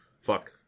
Fuck